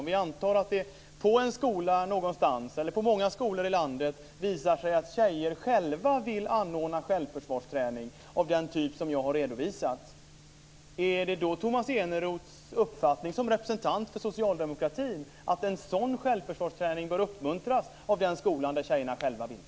Om vi antar att det på många skolor i landet visar sig att tjejer själva vill anordna självförsvarsträning av den typ som jag har redovisat - är det då Tomas Eneroths uppfattning som representant för socialdemokratin att en sådan självförsvarsträning bör uppmuntras av den skola där tjejerna själva vill?